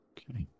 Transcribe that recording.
Okay